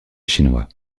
chinois